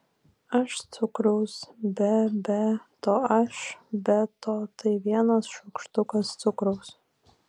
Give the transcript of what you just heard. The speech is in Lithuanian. aš cukraus be be to aš be to tai vienas šaukštukas cukraus